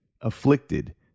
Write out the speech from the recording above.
afflicted